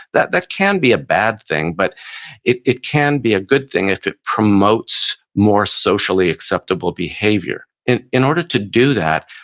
that that can be a bad thing but it it can be a good thing if it promotes more socially acceptable behavior. in in order to do that,